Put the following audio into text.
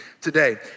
today